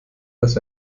dass